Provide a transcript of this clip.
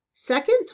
Second